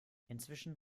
inzwischen